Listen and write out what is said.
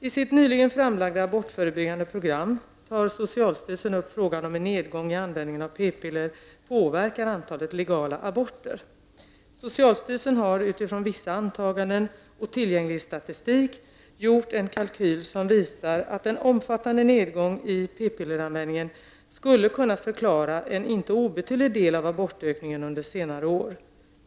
I sitt nyligen framlagda abortförebyggande program tar socialstyrelsen upp frågan om en nedgång i användningen av p-piller påverkar antalet legala aborter. Socialstyrelsen har utifrån vissa antaganden och tillgänglig statistik gjort en kalkyl som visar att en omfattande nedgång i ppilleranvändningen skulle kunna förklara en inte obetydlig del av abortökningen under senare år.